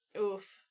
Oof